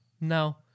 no